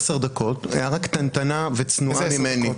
הערה קטנטנה וצנועה ממני.